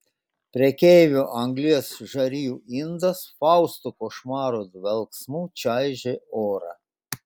prekeivio anglies žarijų indas fausto košmaro dvelksmu čaižė orą